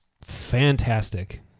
fantastic